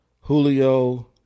julio